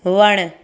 वणु